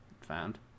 found